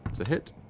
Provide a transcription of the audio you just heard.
that's a hit,